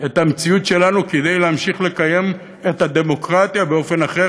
את המציאות שלנו כדי להמשיך לקיים את הדמוקרטיה באופן אחר,